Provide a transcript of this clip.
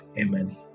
Amen